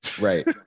right